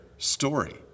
story